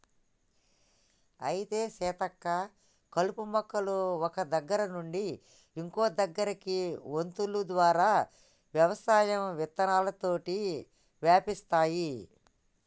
అయితే సీతక్క కలుపు మొక్కలు ఒక్క దగ్గర నుండి ఇంకో దగ్గరకి వొంతులు ద్వారా వ్యవసాయం విత్తనాలతోటి వ్యాపిస్తాయి